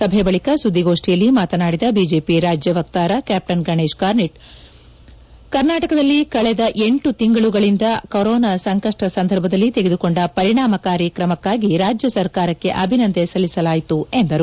ಸಭೆ ಬಳಿಕ ಸುದ್ದಿಗೋಷ್ನಿಯಲ್ಲಿ ಮಾತನಾಡಿದ ಬಿಜೆಪಿ ರಾಜ್ಯ ವಕ್ತಾರ ಕ್ಲಾಪ್ಸನ್ ಗಣೇಶ್ ಕಾರ್ಣಿಕ್ ಕರ್ನಾಟಕದಲ್ಲಿ ಕಳೆದ ಎಂಟು ತಿಂಗಳುಗಳಿಂದ ಕೊರೋನಾ ಸಂಕಷ್ಷ ಸಂದರ್ಭದಲ್ಲಿ ತೆಗೆದುಕೊಂಡ ಪರಿಣಾಮಕಾರಿ ಕ್ರಮಕ್ಕಾಗಿ ರಾಜ್ಯ ಸರ್ಕಾರಕ್ಕೆ ಅಭಿನಂದನೆ ಸಲ್ಲಿಸಲಾಯಿತು ಎಂದರು